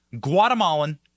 Guatemalan